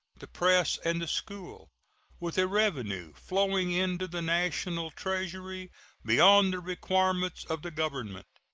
the press, and the school with a revenue flowing into the national treasury beyond the requirements of the government.